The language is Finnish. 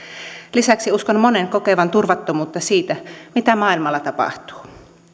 lisäksi uskon monen kokevan turvattomuutta siitä mitä maailmalla tapahtuu